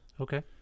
Okay